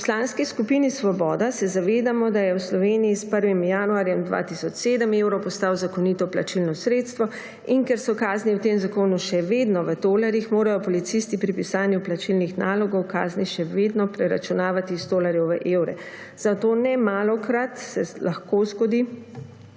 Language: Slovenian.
Poslanski skupini Svoboda se zavedamo, da je v Sloveniji 1. januarja 2007 evro postal zakonito plačilno sredstvo. In ker so kazni v tem zakonu še vedno v tolarjih, morajo policisti pri pisanju plačilnih nalogov kazni še vedno preračunavati iz tolarjev v evre. Zato se lahko nemalokrat zgodi,